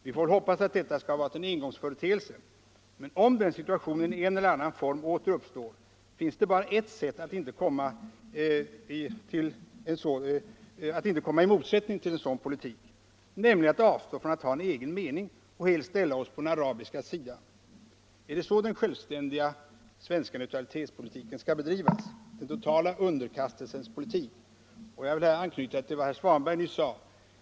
Vi får väl hoppas att detta skall ha varit en engångsföreteelse, men om den situationen i en eller annan form åter uppstår finns det bara ett sätt att inte komma i motsättning till en sådan politik, nämligen att avstå från att ha en egen mening och helt ställa sig på den arabiska sidan. Är det så den självständiga svenska neutralitetspolitiken skall bedrivas — den totala underkastelsens politik. Jag vill här anknyta till vad herr Svanberg nyss sade.